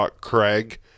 Craig